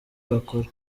bakora